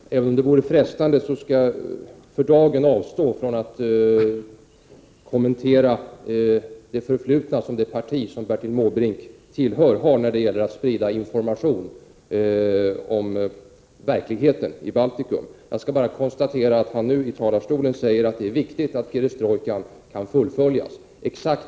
Fru talman! Även om det vore frestande skall jag för dagen avstå från att kommentera det förflutna som det parti som Bertil Måbrink tillhör har i fråga om att sprida information om verkligheten i Baltikum. Jag skall bara konstatera att han nu från talarstolen säger att det är viktigt att perestrojkan kan fullföljas.